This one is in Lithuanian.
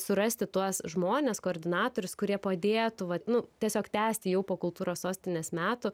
surasti tuos žmones koordinatorius kurie padėtų vat nu tiesiog tęsti jau po kultūros sostinės metų